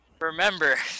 Remember